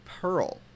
pearl